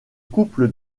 couples